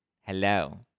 Hello